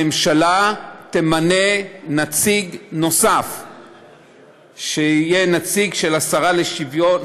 הממשלה תמנה נציג נוסף שיהיה נציג של השרה לשוויון,